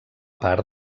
part